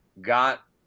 got